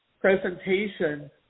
presentation